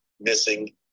missing